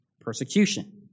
persecution